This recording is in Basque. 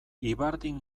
ibardin